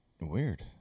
Weird